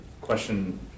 question